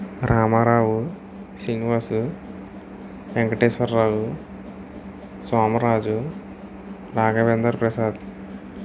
Ramarao Srinivasu Venkateswararao Somaraju Raghavender Prasad